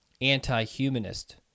anti-humanist